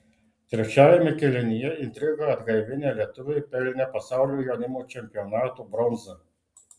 trečiajame kėlinyje intrigą atgaivinę lietuviai pelnė pasaulio jaunimo čempionato bronzą